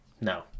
No